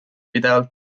pidevalt